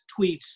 tweets